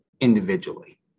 individually